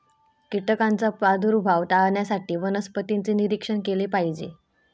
कीटकांचा प्रादुर्भाव टाळण्यासाठी वनस्पतींचे निरीक्षण केले पाहिजे